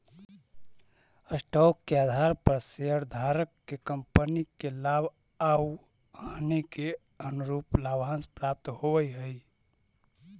stock के आधार पर शेयरधारक के कंपनी के लाभ आउ हानि के अनुरूप लाभांश प्राप्त होवऽ हई